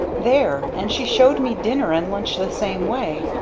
there! and she showed me dinner and lunch the same way.